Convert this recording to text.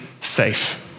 safe